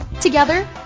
Together